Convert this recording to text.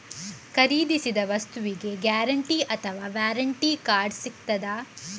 ಖರೀದಿಸಿದ ವಸ್ತುಗೆ ಗ್ಯಾರಂಟಿ ಅಥವಾ ವ್ಯಾರಂಟಿ ಕಾರ್ಡ್ ಸಿಕ್ತಾದ?